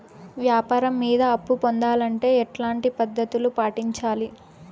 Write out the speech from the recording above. వ్యాపారం మీద అప్పు పొందాలంటే ఎట్లాంటి పద్ధతులు పాటించాలి?